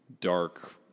dark